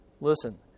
Listen